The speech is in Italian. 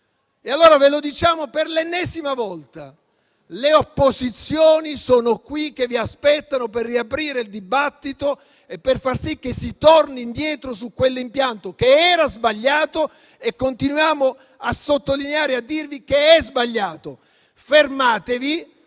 ve lo diciamo per l'ennesima volta. Le opposizioni sono qui che vi aspettano per riaprire il dibattito e per far sì che si torni indietro su quell'impianto, che era sbagliato. Noi continuiamo a sottolineare e a dirvi che è sbagliato. Fermatevi!